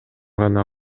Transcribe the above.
гана